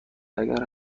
اگر